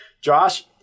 Josh